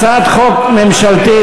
הצעת חוק ממשלתית,